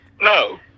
No